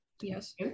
Yes